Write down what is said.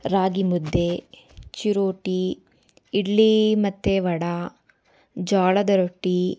ರಾಗಿಮುದ್ದೆ ಚಿರೋಟಿ ಇಡ್ಲಿ ಮತ್ತು ವಡೆ ಜೋಳದ ರೊಟ್ಟಿ